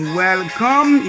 welcome